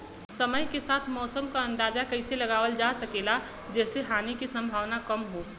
समय के साथ मौसम क अंदाजा कइसे लगावल जा सकेला जेसे हानि के सम्भावना कम हो?